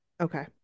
Okay